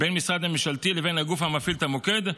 בין משרד ממשלתי לבין הגוף המפעיל את המוקד,